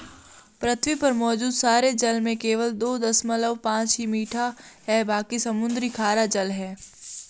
पृथ्वी पर मौजूद सारे जल में केवल दो दशमलव पांच ही मीठा है बाकी समुद्री खारा जल है